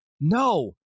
no